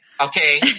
Okay